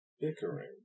Bickering